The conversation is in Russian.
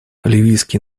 ливийский